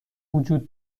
وجود